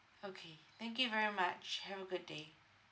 okay thank you very much have a good day